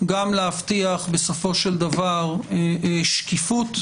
גם להבטיח בסופו של דבר שקיפות,